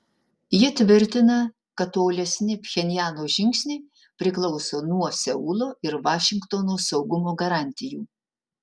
ji tvirtina kad tolesni pchenjano žingsniai priklauso nuo seulo ir vašingtono saugumo garantijų